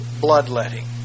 bloodletting